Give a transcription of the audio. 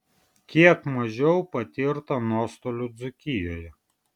kiek mažiau patirta nuostolių dzūkijoje